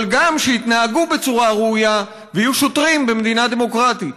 אבל גם שיתנהגו בצורה ראויה ויהיו שוטרים במדינה דמוקרטית.